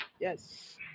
Yes